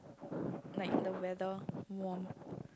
like the weather warm